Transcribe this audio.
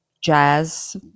jazz